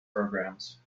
programmes